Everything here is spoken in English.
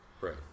right